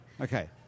Okay